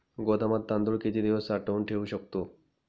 गोदामात तांदूळ किती दिवस साठवून ठेवू शकतो?